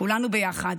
כולנו ביחד